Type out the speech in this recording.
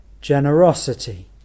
generosity